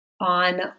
on